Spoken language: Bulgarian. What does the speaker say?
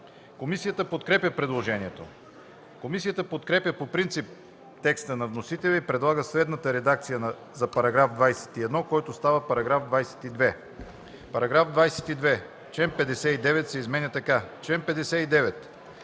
Комисията подкрепя предложението. Комисията подкрепя по принцип текста на вносителя и предлага следната редакция за § 21, който става § 22: „§ 22. Член 59 се изменя така: „Чл. 59.